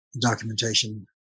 documentation